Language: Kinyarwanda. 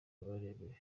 amarebe